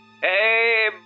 Hey